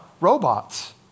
robots